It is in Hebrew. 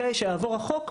אחרי שיעבור החוק,